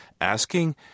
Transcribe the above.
asking